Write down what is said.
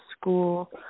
school